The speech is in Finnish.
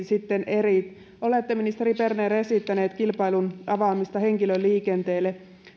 sitten erilaiset olette ministeri berner esittänyt kilpailun avaamista henkilöliikenteelle